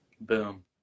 boom